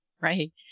right